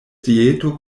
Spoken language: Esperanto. dieto